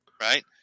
right